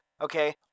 okay